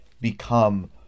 become